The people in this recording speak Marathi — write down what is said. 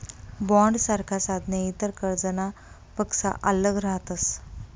बॉण्डसारखा साधने इतर कर्जनापक्सा आल्लग रहातस